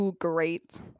great